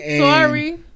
Sorry